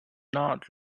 not